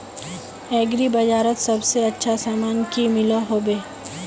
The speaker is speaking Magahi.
एग्री बजारोत सबसे अच्छा सामान की मिलोहो होबे?